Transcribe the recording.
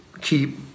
keep